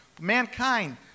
Mankind